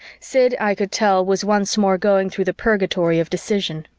sid i could tell was once more going through the purgatory of decision.